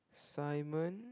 Simon